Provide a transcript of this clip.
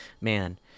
man